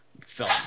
film